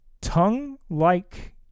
tongue-like